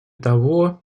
того